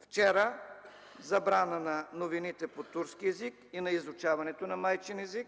Вчера – забрана на новините на турски език и на изучаването на майчин език,